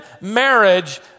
marriage